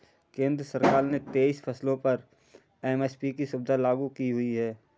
केंद्र सरकार ने तेईस फसलों पर एम.एस.पी की सुविधा लागू की हुई है